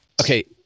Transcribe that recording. okay